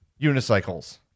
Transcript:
unicycles